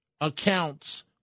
accounts